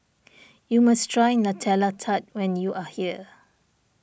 you must try Nutella Tart when you are here